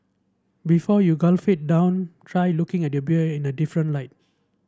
before you quaff it down try looking at your beer in a different light